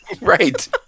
right